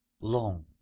long